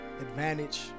advantage